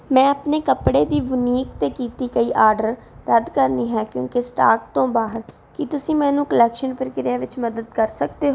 ਮੈਂ ਆਪਣੀ ਕੱਪੜੇ ਦੀ ਵੂਨੀਕ 'ਤੇ ਕੀਤੀ ਗਈ ਆਡਰ ਰੱਦ ਕਰਨੀ ਹੈ ਕਿਉਂਕਿ ਸਟਾਕ ਤੋਂ ਬਾਹਰ ਕੀ ਤੁਸੀਂ ਮੈਨੂੰ ਕਲੈਕਸ਼ਨ ਪ੍ਰਕਿਰਿਆ ਵਿੱਚ ਮਦਦ ਕਰ ਸਕਦੇ ਹੋ